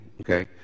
okay